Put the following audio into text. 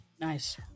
nice